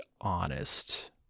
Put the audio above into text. honest